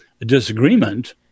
disagreement